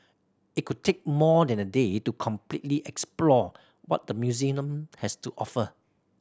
it could take more than a day to completely explore what the has to offer